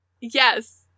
yes